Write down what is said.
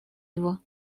его